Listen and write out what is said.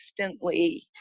constantly